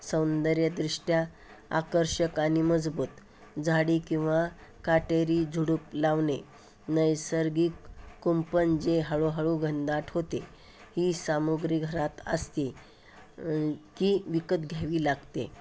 सौंदर्यदृष्ट्या आकर्षक आणि मजबूत झाडी किंवा काटेरी झुडूप लावणे नैसर्गिक कुंपण जे हळूहळू घनदाट होते ही सामुग्री घरात असते की विकत घ्यावी लागते